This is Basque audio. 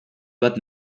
bat